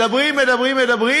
מדברים, מדברים, מדברים,